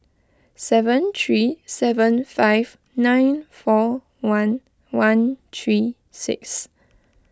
seven three seven five nine four one one three six